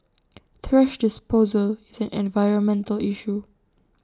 thrash disposal is an environmental issue